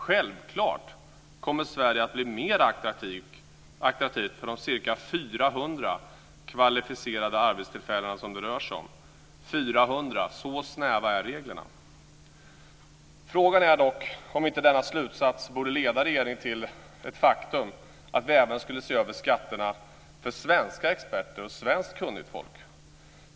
Självklart kommer Sverige att bli mer attraktivt för de ca 400 kvalificerade arbetstillfällen som det rör sig om. Bara 400 - så snäva är reglerna. Frågan är dock om inte denna slutsats borde leda regeringen till att även se över skatterna för svenska experter och för svenskt kunnigt folk.